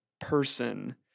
person